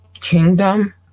kingdom